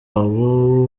waho